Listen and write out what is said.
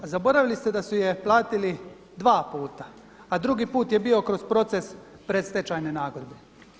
A zaboravili ste da su je platili dva puta, a drugi put je bio kroz proces predstečajne nagodbe.